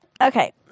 Okay